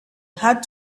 had